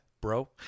Bro